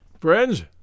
Friends